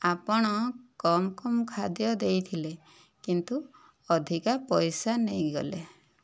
ଆପଣ କମ୍ କମ୍ ଖାଦ୍ୟ ଦେଇଥିଲେ କିନ୍ତୁ ଅଧିକା ପଇସା ନେଇଗଲେ